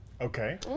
Okay